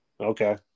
okay